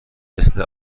مثل